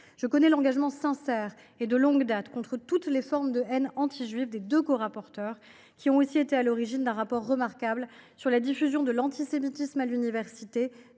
Je connais l’engagement sincère et de longue date contre toutes les formes de haine anti juive des deux corapporteurs, qui ont aussi été à l’origine d’un rapport remarquable sur la diffusion de l’antisémitisme à l’université